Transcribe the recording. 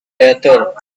creature